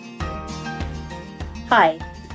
Hi